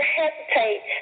hesitate